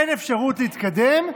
אין אפשרות להתקדם,